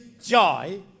joy